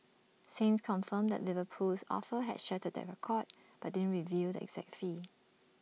saints confirmed that Liverpool's offer had shattered the record but didn't reveal the exact fee